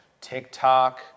TikTok